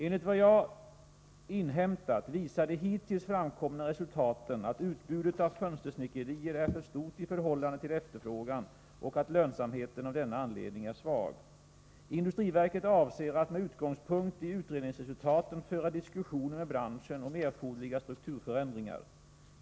Enligt vad jag inhämtat visar de hittills framkomna resultaten att utbudet av fönstersnickerier är för stort i förhållande till efterfrågan och att lönsamheten av denna anledning är svag. Industriverket avser att med utgångspunkt i utredningsresultaten föra diskussioner med branschen om erforderliga strukturförändringar.